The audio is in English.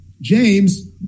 james